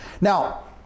Now